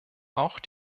auch